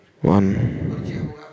one